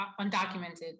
undocumented